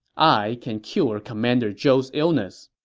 i can cure commander zhou's illness.